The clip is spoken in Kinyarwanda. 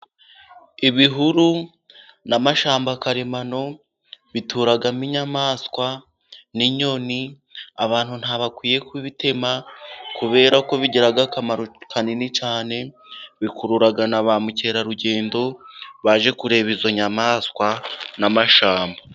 Ibihuru n'amashyamba karemano bituramo inyamaswa n'inyoni, abantu ntibakwiye kubitema, kubera ko bigira akamaro kanini cyane. Bikurura na bamukerarugendo baje kureba izo nyamaswa n'amashyamba.